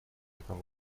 этом